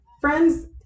friend's